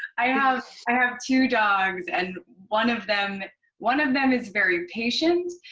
i have and two dogs, and one of them one of them is very patient,